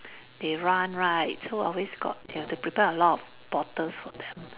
they run right so always got they have to prepare a lot of bottles for them